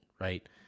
right